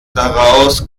daraus